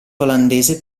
olandese